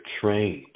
trained